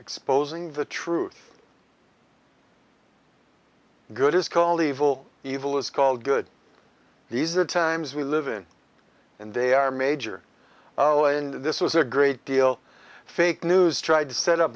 exposing the truth good is called evil evil is called good these are times we live in and they are major and this was a great deal fake news tried to set up